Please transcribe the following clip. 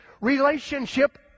Relationship